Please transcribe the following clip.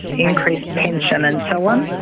increased pension and so on,